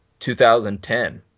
2010